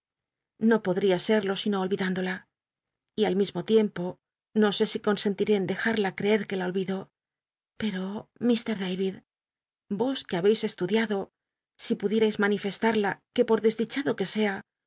no pod ría serlo si no olvidándola y al mismo tiempo no sé si consentiré en dejarla creer c ue la olvido pero mt david vos que habeis estudiado si pudierais manifestarla que por desdichado que sea